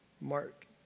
Mark